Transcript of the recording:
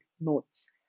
notes